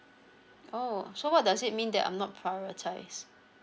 oh so what does it mean that I'm not prioritize